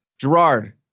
Gerard